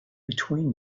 between